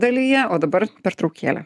dalyje o dabar pertraukėlė